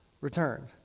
returned